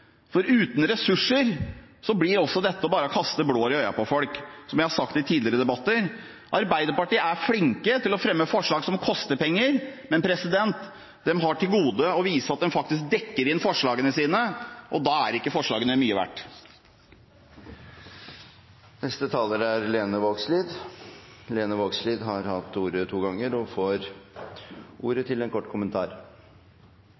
for uten ressurser blir også dette bare å kaste blår i øynene på folk. Som jeg har sagt i tidligere debatter: Arbeiderpartiet er flinke til å fremme forslag som koster penger, men de har til gode å vise at de faktisk dekker inn forslagene sine – og da er ikke forslagene mye verdt. Representanten Lene Vågslid har hatt ordet to ganger tidligere og får